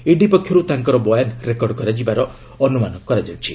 ED ପକ୍ଷରୁ ତାଙ୍କର ବୟାନ୍ ରେକର୍ଡ଼ କରାଯିବାର ଅନୁମାନ କରାଯାଉଛି